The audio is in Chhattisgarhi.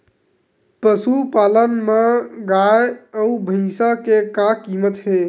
पशुपालन मा गाय अउ भंइसा के का कीमत हे?